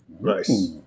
Nice